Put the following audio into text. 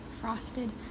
frosted